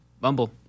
Bumble